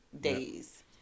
days